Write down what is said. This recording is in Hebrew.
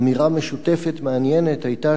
אמירה משותפת מעניינת היתה,